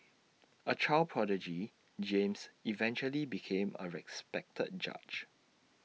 A child prodigy James eventually became A respected judge